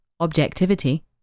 objectivity